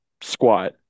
squat